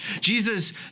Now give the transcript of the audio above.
Jesus